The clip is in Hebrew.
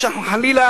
או שאנחנו חלילה,